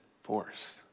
force